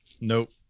nope